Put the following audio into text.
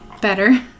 Better